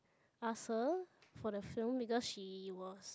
ask her for the film because she was